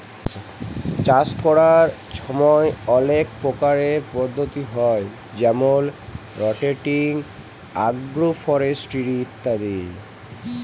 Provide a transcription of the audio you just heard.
চাষ ক্যরার ছময় অলেক পরকারের পদ্ধতি হ্যয় যেমল রটেটিং, আগ্রো ফরেস্টিরি ইত্যাদি